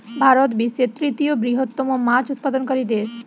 ভারত বিশ্বের তৃতীয় বৃহত্তম মাছ উৎপাদনকারী দেশ